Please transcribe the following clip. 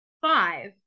five